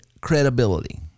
credibility